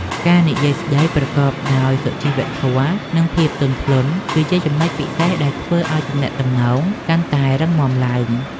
ការនិយាយស្ដីប្រកបដោយសុជីវធម៌និងភាពទន់ភ្លន់ គឺជាចំណុចពិសេសដែលធ្វើឱ្យទំនាក់ទំនងកាន់តែរឹងមាំឡើង។